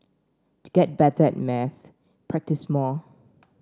to get better at maths practise more